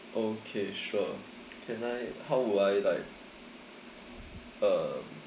okay sure can I how will I like um